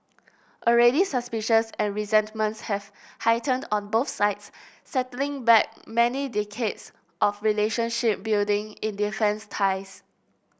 already suspicions and resentments have heightened on both sides setting back many decades of relationship building in defence ties